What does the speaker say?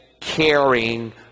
caring